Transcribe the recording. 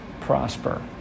prosper